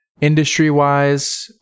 industry-wise